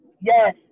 Yes